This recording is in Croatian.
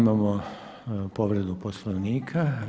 Imamo povredu Poslovnika.